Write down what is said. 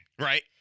right